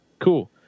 cool